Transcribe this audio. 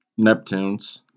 Neptunes